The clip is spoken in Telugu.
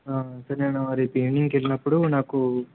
అంటే నేను రేపు ఈవినింగ్కి వెళ్ళినప్పుడు నాకు